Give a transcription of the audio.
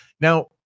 now